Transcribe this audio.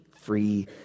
free